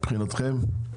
מבחינתכם?